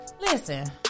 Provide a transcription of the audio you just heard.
Listen